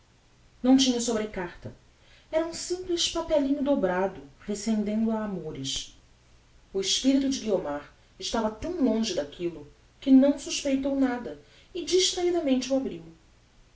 não tinha sobrecarta era um simples papelinho dobrado rescendendo a amores o espirito de guiomar estava tão longe d'aquillo que não suspeitou nada e distrahidamente o abriu